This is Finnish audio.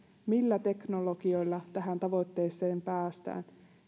millä teknologioilla tähän tavoitteeseen päästään